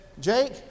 Jake